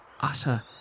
utter